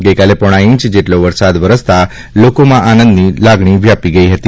ગઇકાલે પોણાં ઇંચ જેટલો વરસાદ વરસતા લોકોમાં આનંદની લાગણી વ્યાપી હતી